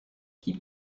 keep